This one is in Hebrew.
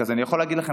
אז אני יכול להגיד לכם,